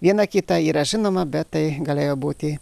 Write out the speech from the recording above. viena kita yra žinoma bet tai galėjo būti